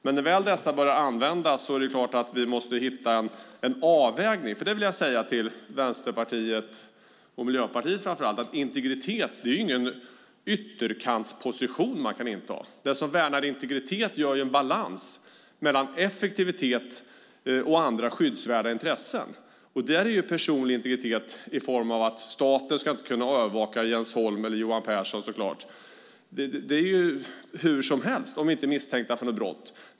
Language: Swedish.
Men när väl dessa har börjat användas är det klart att vi måste hitta en avvägning. Till Vänsterpartiet och Miljöpartiet framför allt vill jag säga att integritet ju inte är någon ytterkantsposition man kan inta. Den som värnar integriteten balanserar mellan effektivitet och andra skyddsvärda intressen. Där gäller den personliga integriteten - staten ska inte kunna övervaka Jens Holm eller Johan Pehrson om vi inte är misstänkta för något brott.